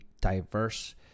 diverse